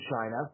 China